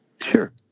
Sure